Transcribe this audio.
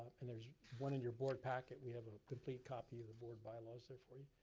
and there's one in your board packet. we have a complete copy of the board bylaws there for you.